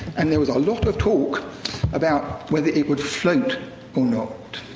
and there was a lot of talk about whether it would float or not.